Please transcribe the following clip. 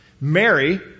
Mary